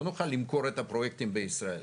לא נוכל למכור את הפרויקטים בישראל.